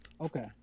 Okay